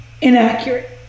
inaccurate